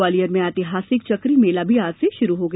ग्वालियर में एतिहासिक चकरी मेला भी आज से प्रारंभ हो गया